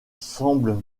semble